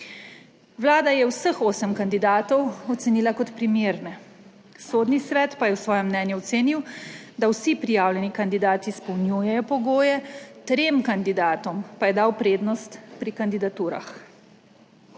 Vlada je vseh osem kandidatov ocenila kot primerne, Sodni svet pa je v svojem mnenju ocenil, da vsi prijavljeni kandidati izpolnjujejo pogoje, trem kandidatom pa je dal prednost pri kandidaturah.